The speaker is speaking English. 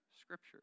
Scripture